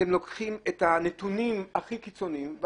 אתם לוקחים את הנתונים הכי קיצוניים,